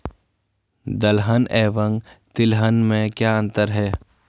दलहन एवं तिलहन में क्या अंतर है?